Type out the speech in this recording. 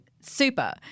super